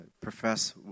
profess